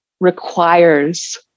requires